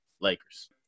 Lakers